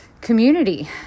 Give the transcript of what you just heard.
community